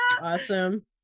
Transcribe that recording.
Awesome